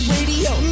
Radio